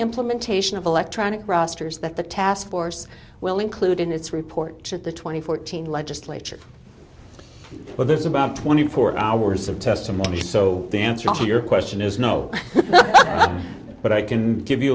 implementation of electronic rosters that the task force will include in its report at the twenty fourteen legislature but there's about twenty four hours of testimony so the answer to your question is no but i can give you